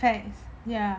ya